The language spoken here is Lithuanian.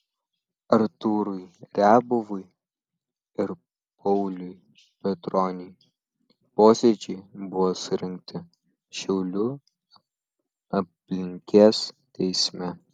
artūrui riabovui ir pauliui petroniui posėdžiai buvo surengti šiaulių apylinkės teisme